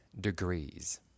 degrees